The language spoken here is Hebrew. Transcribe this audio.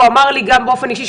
והוא אמר לי גם באופן אישי,